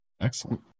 Excellent